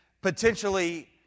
potentially